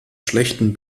schlechten